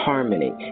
Harmony